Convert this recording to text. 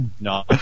No